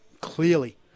clearly